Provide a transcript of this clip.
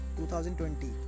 2020